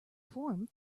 form